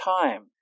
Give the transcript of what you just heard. time